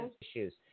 issues